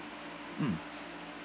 mm